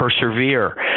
persevere